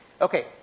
Okay